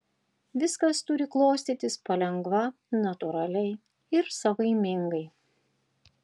viskas turi klostytis palengva natūraliai ir savaimingai